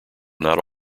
not